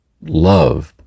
love